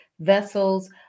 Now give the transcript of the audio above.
vessels